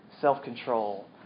self-control